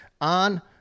on